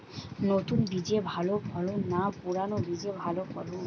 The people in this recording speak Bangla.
নতুন বীজে ভালো ফলন না পুরানো বীজে ভালো ফলন?